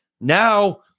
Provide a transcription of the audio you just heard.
Now